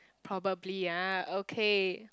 probably ah okay